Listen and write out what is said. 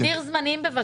להגדיר זמנים בבקשה.